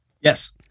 yes